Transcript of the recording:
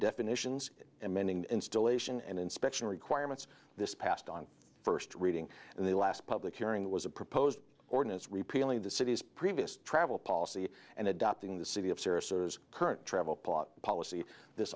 definitions amending installation and inspection requirements this passed on first reading and the last public hearing was a proposed ordinance repealing the city's previous travel policy and adopting the city of services current travel plot policy this